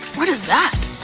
what is that?